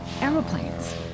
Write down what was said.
aeroplanes